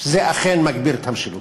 שזה אכן מגביר את המשילות.